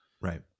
right